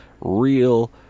Real